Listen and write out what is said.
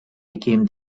became